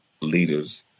leaders